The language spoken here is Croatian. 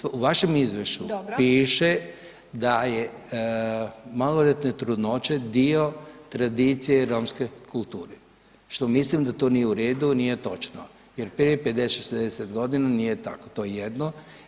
Da li je, u vašem izvješću piše da je maloljetne trudnoće dio tradicije romske kulture, što mislim da to nije u redu, nije točno jer prije 50-60.g. nije tako, to je jedno.